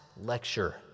lecture